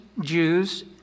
Jews